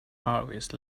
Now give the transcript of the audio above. harvest